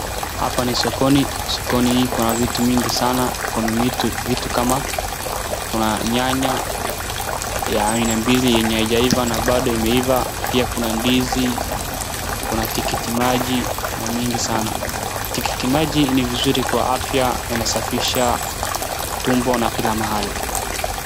hapa ni sokoni, sokoni hii kuna vitu mingi sana kuna vitu kama nyanya ya aina mbili yenye haijaiva na bado imeiva, pia kuna ndizi kuna tikiti maji na mingi sana .Tikiti maji ni vizuri kwa afya inasafisha tumbo na kila mahali.